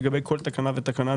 לגבי כל תקנה ותקנה,